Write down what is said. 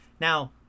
Now